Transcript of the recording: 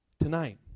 Tonight